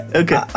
okay